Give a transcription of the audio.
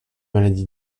maladie